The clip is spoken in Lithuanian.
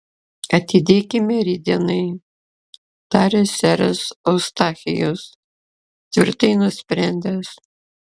atidėkime rytdienai tarė seras eustachijus tvirtai nusprendęs